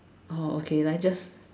oh okay then I just